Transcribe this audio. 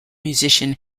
musician